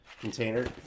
container